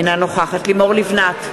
אינה נוכחת לימור לבנת,